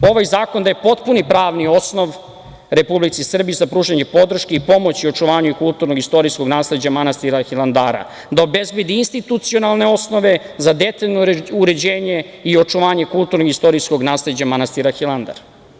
Ovaj zakon daje potpuni pravni osnov Republici Srbiji za pružanje podrške i pomoći očuvanju kulturnog i istorijskog nasleđa manastira Hilandara, da obezbedi institucionalne osnove za detaljno uređenje i očuvanje kulturnog i istorijskog nasleđa manastira Hilandar.